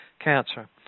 cancer